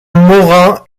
morin